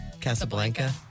Casablanca